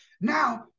Now